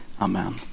amen